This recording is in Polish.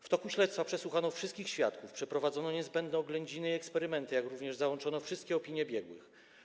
W toku śledztwa przesłuchano wszystkich świadków, przeprowadzono niezbędne oględziny i eksperymenty, jak również załączono wszystkie opinie biegłych.